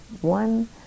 one